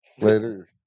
Later